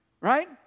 right